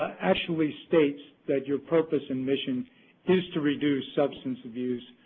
actually states that your purpose and mission is to reduce substance abuse,